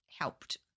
helped